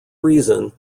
reason